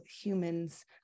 humans